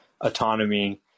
autonomy